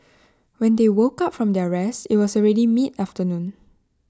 when they woke up from their rest IT was already mid afternoon